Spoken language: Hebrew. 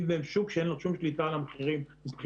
בשוק שבו אין להם שום שליטה על המחירים מבחינתם.